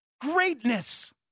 Greatness